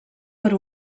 per